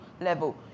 level